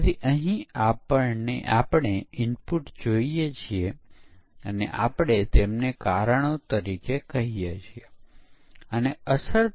જ્યારે સ્ક્રિપ્ટમાં નાનો ફેરફાર કરી ચલાવી શકાય છે